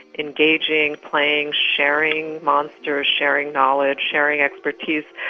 engaging, playing, sharing monsters, sharing knowledge, sharing expertise.